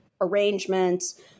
arrangements